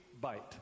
bite